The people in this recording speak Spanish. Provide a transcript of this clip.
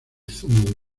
zumo